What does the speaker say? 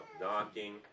knocking